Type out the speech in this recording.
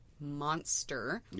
monster